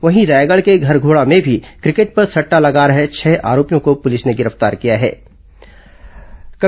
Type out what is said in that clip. वहीं रायगढ़ के घरघोड़ा में भी क्रिकेट पर सट्टा लगा रहे छह आरोपियों को पुलिस ने गिरफ्तार किया है